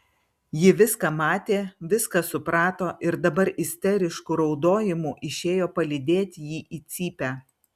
ji viską matė viską suprato ir dabar isterišku raudojimu išėjo palydėti jį į cypę